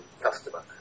customer